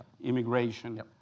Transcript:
immigration